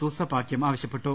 സൂസെപാകൃം ആവശ്യപ്പെട്ടു